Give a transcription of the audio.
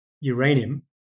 uranium